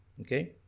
Okay